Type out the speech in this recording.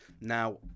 Now